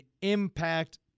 impact